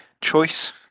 choice